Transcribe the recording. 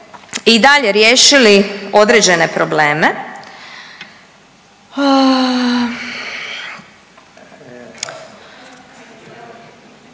i dalje riješili određene probleme.